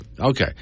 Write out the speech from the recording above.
okay